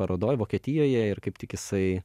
parodoj vokietijoje ir kaip tik jisai